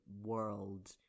world